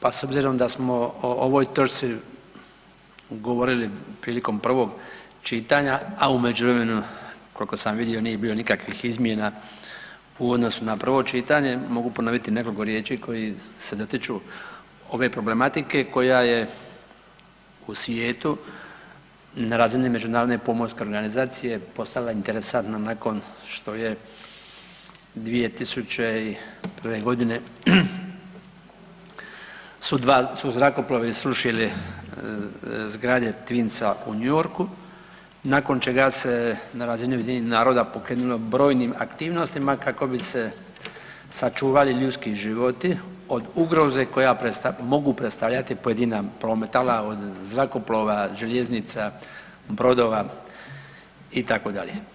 Pa s obzirom da smo o ovoj točci govorili prilikom prvog čitanja, a u međuvremenu, koliko sam vidio nije bilo nikakvih izmjena u odnosu na prvo čitanje, mogu ponoviti nekoliko riječi koje se dotiču ove problematike, koja je u svijetu na razini međunarodne pomorske organizacije postala interesantna nakon što je 2001. godine su zrakoplovi srušili zgrade Twinsa u New Yorku, nakon čega se na razini Ujedinjenih naroda pokrenulo brojnim aktivnostima kako bi se sačuvali ljudski životi od ugroze koja predstavlja, mogu predstavljati pojedina prometala od zrakoplova, željeznica, brodova itd.